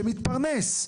שמתפרנס,